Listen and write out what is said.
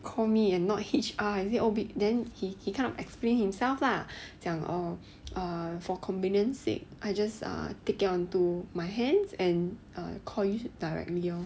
call me and not H_R is it oh big then he he kind of explain himself lah 讲 oh err for convenience sake I just err take care onto my hands and err call you directly lor